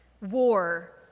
War